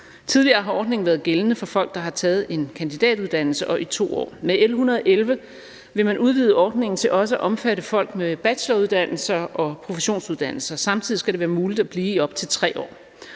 Tidligere har ordningen været gældende for folk, der har taget en kandidatuddannelse, i 2 år. Med L 111 vil man udvide ordningen til også at omfatte folk med bacheloruddannelser og professionsuddannelser, og samtidig skal det være muligt at blive i op til 3 år.